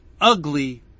ugly